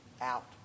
out